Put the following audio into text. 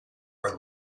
are